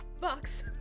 box